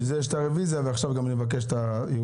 על זה יש את הרוויזיה ועכשיו אני אבקש את הייעוץ